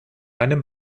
einem